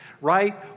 right